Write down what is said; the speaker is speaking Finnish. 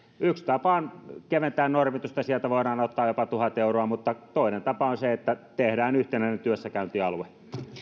yksi tapa on keventää normitusta ja sieltä voidaan ottaa jopa tuhat euroa mutta toinen tapa on se että tehdään yhtenäinen työssäkäyntialue